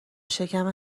شکم